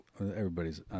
everybody's